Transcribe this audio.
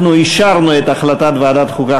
אנחנו אישרנו את החלטת ועדת החוקה,